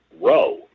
row